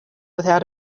without